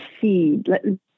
seed